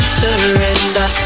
surrender